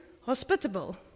hospitable